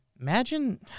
Imagine